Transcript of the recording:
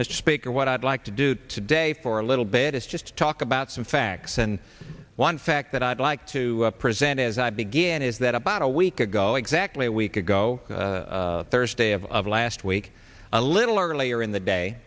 mr speaker what i'd like to do today for a little bit is just talk about some facts and one fact that i'd like to present as i began is that about a week ago exactly a week ago thursday of last week a little earlier in the day